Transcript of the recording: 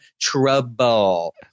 trouble